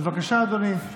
בבקשה, אדוני,